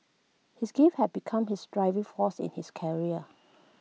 his gift have become his driving force in his career